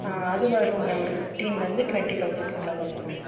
அது வரும்ங்க ஒரு ஃபிஃப்டீன்லருந்து ட்வெண்ட்டி தௌசண்ட்குள்ளே வரும்ங்க